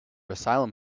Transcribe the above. asylum